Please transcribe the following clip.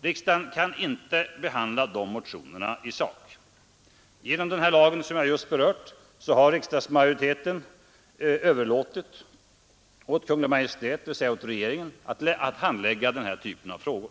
Riksdagen kan inte behandla de motionerna i sak. Genom den lag som jag just berört har riksdagen överlåtit åt Kungl. Maj:t, dvs. regeringen, att handlägga den här typen av frågor.